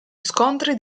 scontri